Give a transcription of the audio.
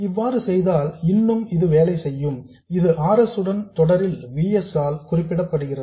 இவ்வாறு செய்தால் இன்னும் இது வேலை செய்யும் இது R S உடன் தொடரில் V S ஆல் குறிப்பிடப்படுகிறது